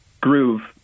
groove